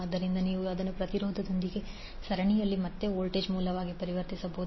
ಆದ್ದರಿಂದ ನೀವು ಅದನ್ನು ಪ್ರತಿರೋಧದೊಂದಿಗೆ ಸರಣಿಯಲ್ಲಿ ಮತ್ತೆ ವೋಲ್ಟೇಜ್ ಮೂಲವಾಗಿ ಪರಿವರ್ತಿಸಬಹುದು